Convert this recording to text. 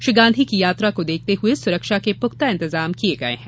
श्री गांधी की यात्रा को देखते हुए सुरक्षा के पुख्ता इंतजाम किये गये हैं